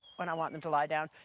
when i want them to lie down,